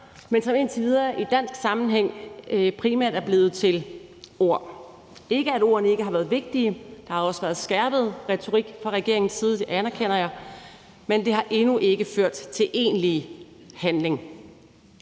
men som indtil videre i dansk sammenhæng primært er blevet ved ord. Det er ikke sådan, at ordene ikke har været vigtige – der har også været skærpet retorik fra regeringens side; det anerkender jeg – men det har endnu ikke ført til egentlig handling.